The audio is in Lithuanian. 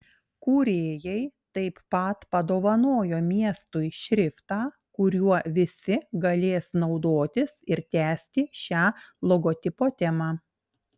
kūrėjai taip pat padovanojo miestui šriftą kuriuo visi galės naudotis ir tęsti šią logotipo temą